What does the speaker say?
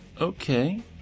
Okay